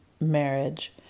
marriage